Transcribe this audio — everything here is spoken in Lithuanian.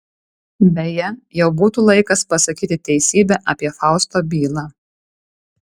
beje jau būtų laikas pasakyti teisybę apie fausto bylą